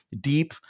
deep